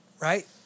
right